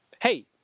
hey